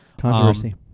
Controversy